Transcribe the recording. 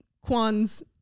Kwan's